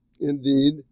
indeed